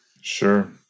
Sure